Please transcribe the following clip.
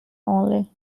only